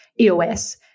EOS